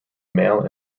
male